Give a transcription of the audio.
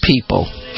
people